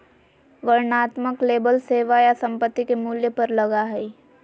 वर्णनात्मक लेबल सेवा या संपत्ति के मूल्य पर लगा हइ